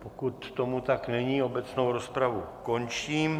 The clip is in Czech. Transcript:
Pokud tomu tak není, obecnou rozpravu končím.